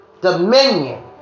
dominion